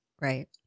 Right